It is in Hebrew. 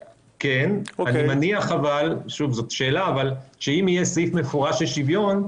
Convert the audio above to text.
כן, אבל אני מניח שאם יהיה סעיף מפורש של שוויון,